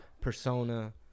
persona